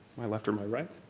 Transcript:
my left or my right?